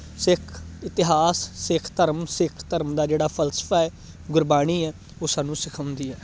ਸਿੱਖ ਇਤਿਹਾਸ ਸਿੱਖ ਧਰਮ ਸਿੱਖ ਧਰਮ ਦਾ ਜਿਹੜਾ ਫਲਸਫਾ ਏ ਗੁਰਬਾਣੀ ਹੈ ਉਹ ਸਾਨੂੰ ਸਿਖਾਉਂਦੀ ਹੈ